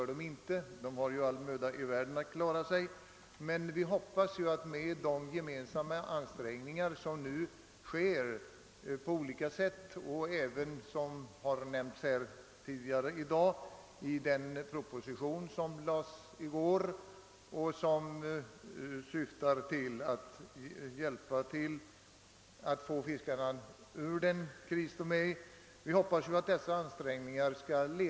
De har all möda i världen att klara sig. Men vi hoppas kunna åstadkomma bättre förhållanden för dem genom de gemensamma ansträngningar som nu sker på olika sätt och bl.a. — som nämnts tidigare i dag — genom den proposition som lades fram i går och som syftar att hjälpa fiskarna ut ur den kris som de befinner sig i.